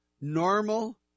normal